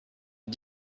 est